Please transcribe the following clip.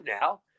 now